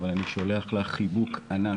אבל אני שולח לה חיבוק ענק,